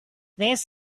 this